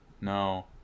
No